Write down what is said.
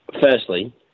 Firstly